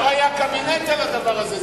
לא היה קבינט על הדבר הזה.